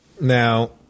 Now